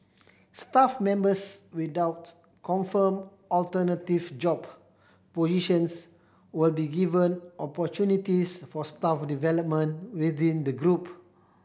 staff members without confirmed alternative job positions will be given opportunities for staff development within the group